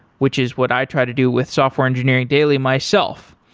which is what i try to do with software engineering daily myself.